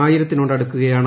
ആയിരത്തിനോട് അടുക്കുകയാണ്